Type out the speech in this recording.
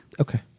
Okay